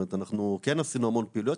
אנחנו כן עשינו המון פעילויות.